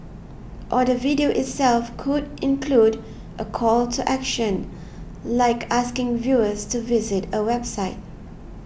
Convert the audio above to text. or the video itself could include a call to action like asking viewers to visit a website